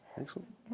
excellent